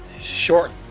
short